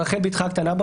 ברחל בתך הקטנה,